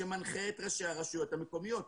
שמנחה את ראשי הרשויות המקומיות.